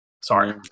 sorry